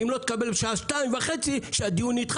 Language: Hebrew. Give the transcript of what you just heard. אם לא תקבל הודעה בשעה 14:30 שהדיון נדחה